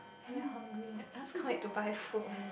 it is very hungry let's go and buy food